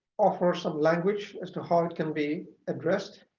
offer some language as to how it can be addressed.